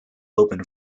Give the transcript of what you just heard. open